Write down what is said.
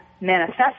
manifest